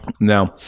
Now